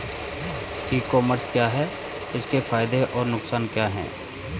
ई commerce क्या है इसके फायदे और नुकसान क्या है?